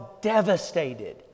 devastated